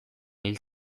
hil